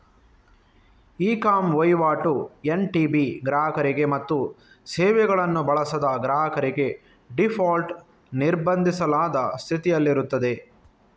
E com ವಹಿವಾಟು NTB ಗ್ರಾಹಕರಿಗೆ ಮತ್ತು ಸೇವೆಗಳನ್ನು ಬಳಸದ ಗ್ರಾಹಕರಿಗೆ ಡೀಫಾಲ್ಟ್ ನಿರ್ಬಂಧಿಸಲಾದ ಸ್ಥಿತಿಯಲ್ಲಿರುತ್ತದೆ